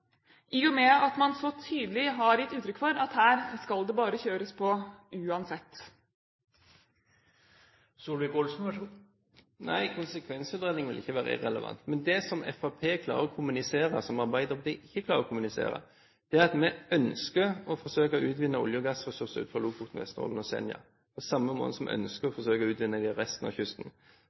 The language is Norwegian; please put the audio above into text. i og med at man så tydelig har gitt uttrykk for at her skal det bare kjøres på uansett. Nei, konsekvensutredning vil ikke være irrelevant. Men det som Fremskrittspartiet kommuniserer, og som Arbeiderpartiet ikke klarer å kommunisere, er at vi ønsker å forsøke å utnytte olje- og gassressurser utenfor Lofoten, Vesterålen og Senja, på samme måte som vi ønsker å forsøke å utvinne på resten av kysten.